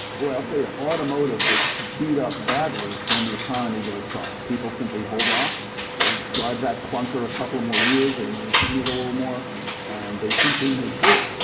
boy, i'll ah automotive gets beat up badly when the economy goes soft. people simply hold off they drive that clunker a couple of more years they maintain it a little more and they simply make do.